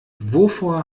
wovor